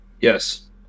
Yes